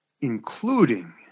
including